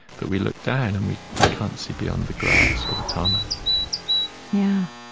but we look down, and we we can't see beyond the grass or the tarmac yeah.